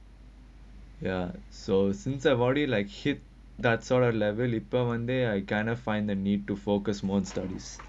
ya so since I've already like shit that sort of level before one day I cannot find the need to focus on studies